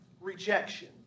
rejection